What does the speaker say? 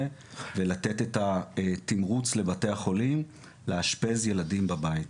ולתת את התמרוץ לבתי החולים לאשפז ילדים בבית.